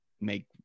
make